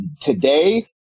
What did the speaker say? today